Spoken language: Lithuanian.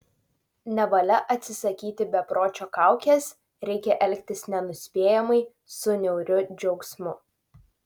nevalia atsisakyti bepročio kaukės reikia elgtis nenuspėjamai su niauriu džiaugsmu